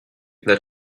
that